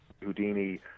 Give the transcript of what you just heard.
houdini